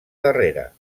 darrera